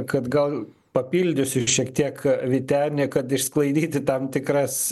kad gal papildysiu šiek tiek vytenį kad išsklaidyti tam tikras